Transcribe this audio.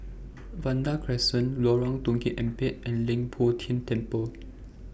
Vanda Crescent Lorong Tukang Empat and Leng Poh Tian Temple